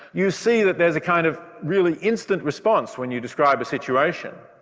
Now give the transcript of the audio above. you see that there's a kind of really instant response when you describe a situation.